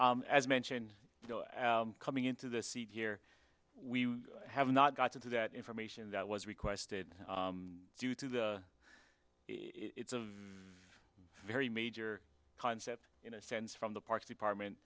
meant as mentioned coming into the seat here we have not gotten to that information that was requested due to the it's a very major concept in a sense from the parks department